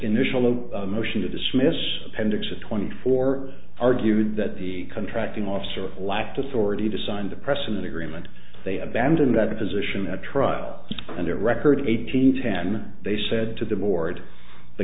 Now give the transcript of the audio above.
initial no motion to dismiss appendix a twenty four argued that the contracting officer lacked authority to sign the press an agreement they abandon that position at trial and a record eight hundred ten they said to the board the